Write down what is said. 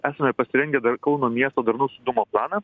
esame pasirengę dar kauno miesto darnaus judumo planą